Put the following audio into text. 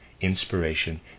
inspiration